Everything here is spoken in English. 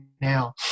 now